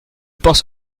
pense